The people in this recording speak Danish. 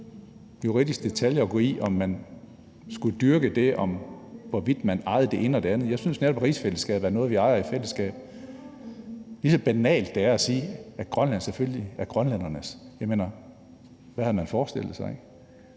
unødig juridisk detalje at gå ned i og dyrke, altså den, der handler om, hvorvidt man ejer det ene eller det andet. Jeg synes netop, at rigsfællesskabet er noget, vi ejer i fællesskab. Lige så banalt er det at sige, at Grønland selvfølgelig er grønlændernes; jeg mener: Hvad havde man forestillet sig?